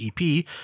EP